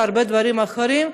והרבה דברים אחרים,